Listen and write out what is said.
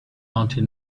until